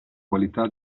qualità